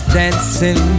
dancing